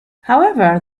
however